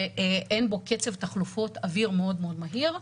שאין בו קצב תחלופות אוויר מאוד מאוד מהיר,